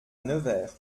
nevers